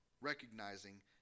Recognizing